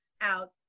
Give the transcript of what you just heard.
out